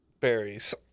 Berries